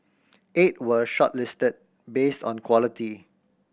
eight were shortlisted based on quality